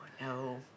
No